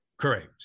Correct